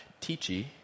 teachy